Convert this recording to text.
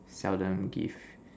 seldom give